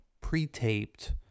pre-taped